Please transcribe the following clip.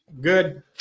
Good